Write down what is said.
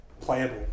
playable